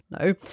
No